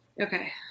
Okay